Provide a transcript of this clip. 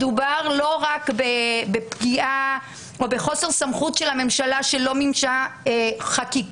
מדובר לא רק בפגיעה או בחוסר סמכות של הממשלה שלא מימשה חקיקה,